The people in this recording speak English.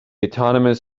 autonomous